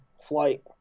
flight